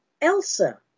Elsa